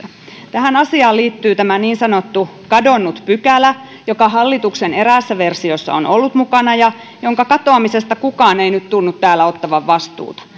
tähän asiaan liittyy tämä niin sanottu kadonnut pykälä joka hallituksen eräässä versiossa on ollut mukana ja jonka ka toamisesta kukaan ei nyt tunnu täällä ottavan vastuuta